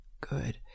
Good